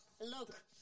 Look